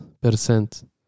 percent